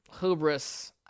hubris